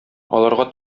аларга